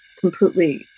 completely